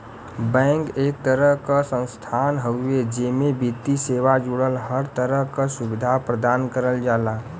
bank एक तरह क संस्थान हउवे जेमे वित्तीय सेवा जुड़ल हर तरह क सुविधा प्रदान करल जाला